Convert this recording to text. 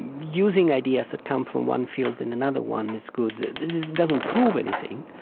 using ideas that come from one field in another one is good. it doesn't prove anything